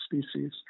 species